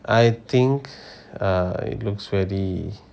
I think uh it looks very